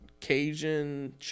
Cajun